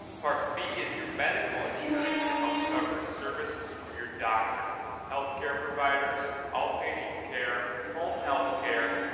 part b is your medical insurance and helps cover services from your doctors, healthcare providers, outpatient care, home health care,